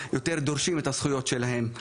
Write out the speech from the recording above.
יותר דורשים את הזכויות שלהם,